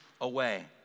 away